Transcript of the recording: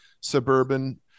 suburban